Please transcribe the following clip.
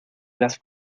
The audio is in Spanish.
las